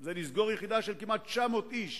זה לסגור יחידה של כמעט 900 איש.